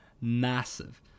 massive